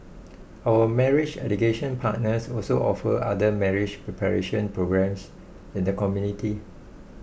our marriage education partners also offer other marriage preparation programmes in the community